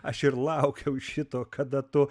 aš ir laukiau šito kada tu